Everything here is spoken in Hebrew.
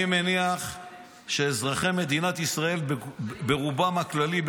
אני מניח שאזרחי מדינת ישראל ברובם הכללי,